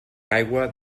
aigua